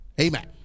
Amen